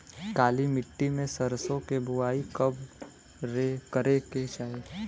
काली मिट्टी में सरसों के बुआई कब करे के चाही?